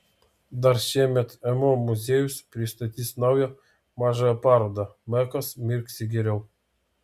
dar šiemet mo muziejus pristatys naują mažąją parodą mekas mirksi geriau